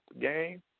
game